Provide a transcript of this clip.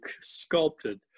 sculpted